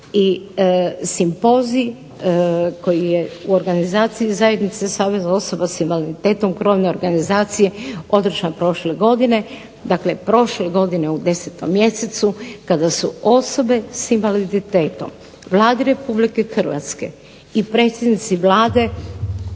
i simpozij koji je u organizaciji Zajednice saveza osoba s invaliditetom, krovne organizacije, održan prošle godine, dakle prošle godine u 10. mjesecu kada su osobe s invaliditetom Vladi Republike Hrvatske i predsjednici Vlade